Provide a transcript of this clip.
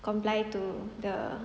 comply to the